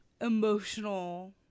emotional